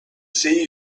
see